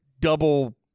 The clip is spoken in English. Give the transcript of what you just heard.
double